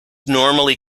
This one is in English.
normally